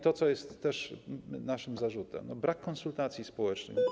To, co jest też naszym zarzutem, to brak konsultacji społecznych.